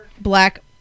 black